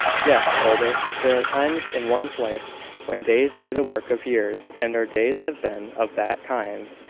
yes, older. there are times in one's life when days do the work of years and our days have been of that kind.